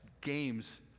games